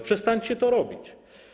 Przestańcie to robić.